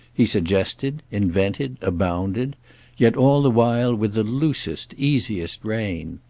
he suggested, invented, abounded yet all the while with the loosest easiest rein.